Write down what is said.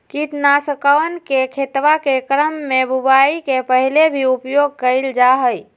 कीटनाशकवन के खेतवा के क्रम में बुवाई के पहले भी उपयोग कइल जाहई